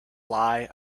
lie